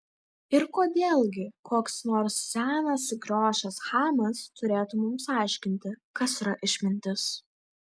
ir kodėl gi koks nors senas sukriošęs chamas turėtų mums aiškinti kas yra išmintis